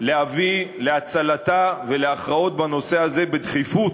להביא להצלתה ולהכרעות בנושא הזה בדחיפות,